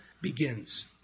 begins